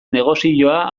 negozioa